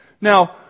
Now